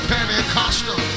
Pentecostal